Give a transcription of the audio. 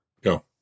Go